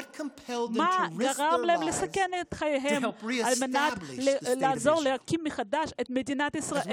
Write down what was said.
מה דחף אותם לסכן את חייהם ולעזור להקים מחדש את מדינת ישראל?